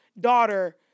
daughter